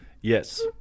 yes